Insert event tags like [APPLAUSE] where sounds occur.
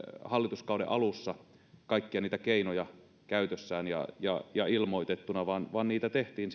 hallituskauden alussa kaikkia niitä keinoja käytössään ja ja ilmoitettuna vaan vaan niitä tehtiin [UNINTELLIGIBLE]